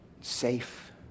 Safe